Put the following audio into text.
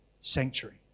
sanctuary